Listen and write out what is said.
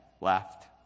left